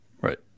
Right